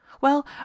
Well